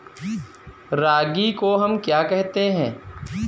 रागी को हम क्या कहते हैं?